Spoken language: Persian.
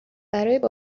برای